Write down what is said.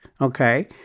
okay